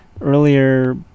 earlier